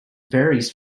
varies